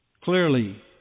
clearly